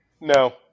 No